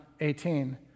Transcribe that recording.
18